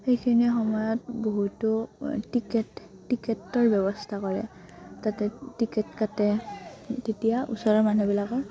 সেইখিনি সময়ত বহুতো টিকেট টিকেটৰ ব্যৱস্থা কৰে তাতে টিকেট কাটে তেতিয়া ওচৰৰ মানুহবিলাকৰ